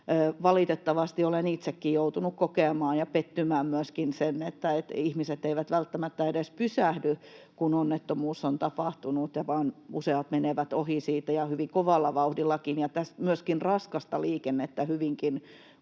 Valitettavasti olen itsekin joutunut kokemaan sen ja myöskin pettymään, että ihmiset eivät välttämättä edes pysähdy, kun onnettomuus on tapahtunut, vaan useat menevät ohi siitä ja hyvin kovallakin vauhdilla — myöskin raskasta liikennettä hyvinkin